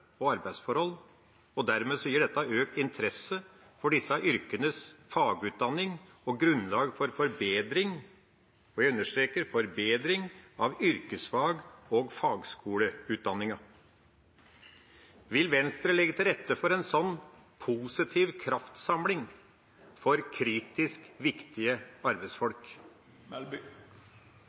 og arbeidsforhold. Dermed gir dette økt interesse for disse yrkenes fagutdanning og grunnlag for forbedring – og jeg understreker forbedring – av yrkesfag- og fagskoleutdanningen. Vil Venstre legge til rette for en sånn positiv kraftsamling for kritisk viktige arbeidsfolk?